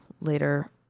later